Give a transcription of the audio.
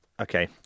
Okay